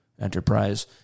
Enterprise